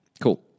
Cool